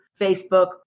Facebook